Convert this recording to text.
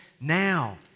Now